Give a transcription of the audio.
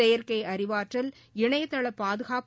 செயற்கை அறிவாற்றல் இணைதள பாதுகாப்பு